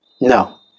No